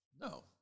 No